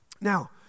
Now